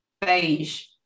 beige